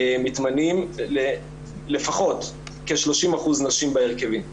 מתמנים לפחות כ-30% נשים בהרכבים.